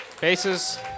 Bases